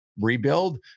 rebuild